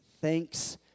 thanks